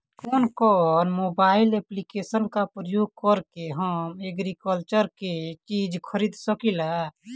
कउन कउन mobile application का प्रयोग करके हम एग्रीकल्चर के चिज खरीद सकिला?